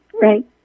right